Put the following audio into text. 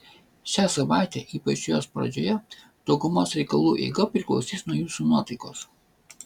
šią savaitę ypač jos pradžioje daugumos reikalų eiga priklausys nuo jūsų nuotaikos